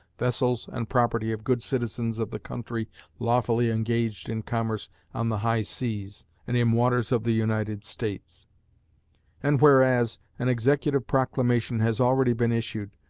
vessels, and property of good citizens of the country lawfully engaged in commerce on the high seas, and in waters of the united states and whereas, an executive proclamation has already been issued,